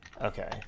Okay